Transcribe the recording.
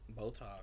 Botox